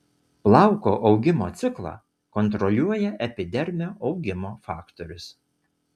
plauko augimo ciklą kontroliuoja epidermio augimo faktorius